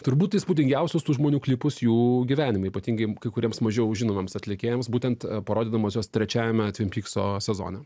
turbūt įspūdingiausias tų žmonių klipus jų gyvenime ypatingai kai kuriems mažiau žinomiems atlikėjams būtent parodydamas juos trečiajame tvin pykso sezone